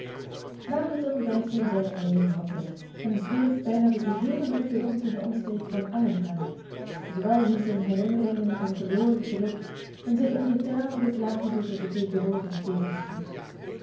na het ontbijt ging zij alleen wandelen en zwierf bijna den geheelen morgen rond in de omstreken van allenham zwelgend in herinneringen aan verloren geluk en zich onder tranen beklagend over den tegenwoordigen tegenspoed